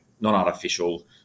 non-artificial